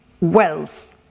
wells